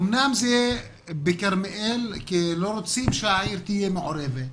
אמנם זה בכרמיאל כי לא רוצים שהעיר תהיה מעורבת,